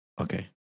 Okay